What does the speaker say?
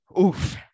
Oof